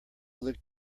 looked